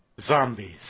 Zombies